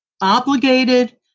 obligated